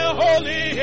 holy